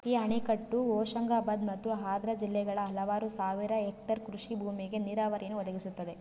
ಈ ಅಣೆಕಟ್ಟು ಹೋಶಂಗಾಬಾದ್ ಮತ್ತು ಹರ್ದಾ ಜಿಲ್ಲೆಗಳ ಹಲವಾರು ಸಾವಿರ ಹೆಕ್ಟರ್ ಕೃಷಿ ಭೂಮಿಗೆ ನೀರಾವರಿಯನ್ನು ಒದಗಿಸುತ್ತದೆ